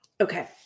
Okay